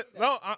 no